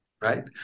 right